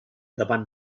davant